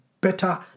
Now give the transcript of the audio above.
better